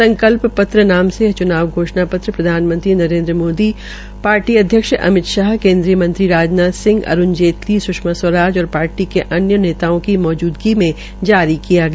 संकल्प पत्र नाम से यह च्नाव घोषणा पत्र प्रधानमंत्री नरेन्द्र मोदी पार्टी अध्यक्ष अमित शाह केन्द्रीय मंत्री राजनाथ सिंह अरूण जेटली स्षमा स्वराज और पार्टी के अन्य नेताओं की मौजूदगी में जारी किया गया